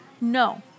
No